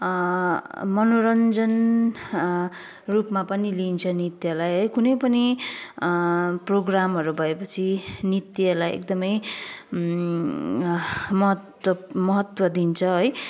मनोरञ्जन रूपमा पनि लिइन्छ नृत्यलाई है कुनै पनि प्रोग्रामहरू भएपछि नृत्यलाई एकदमै महत्त्व महत्त्व दिइन्छ है